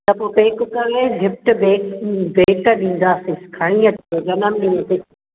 त पोइ पेक करे गिफ्ट भे भेंट ॾींदासीं खणी अचो जनमु ॾींहुं ते